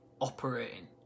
operating